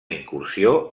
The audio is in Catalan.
incursió